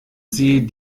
sie